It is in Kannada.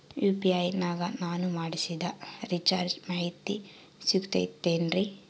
ಯು.ಪಿ.ಐ ನಾಗ ನಾನು ಮಾಡಿಸಿದ ರಿಚಾರ್ಜ್ ಮಾಹಿತಿ ಸಿಗುತೈತೇನ್ರಿ?